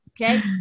Okay